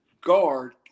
guard